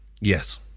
Yes